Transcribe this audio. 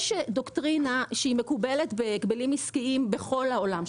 יש דוקטרינה שהיא מקובלת בהגבלים עסקיים בכל העולם,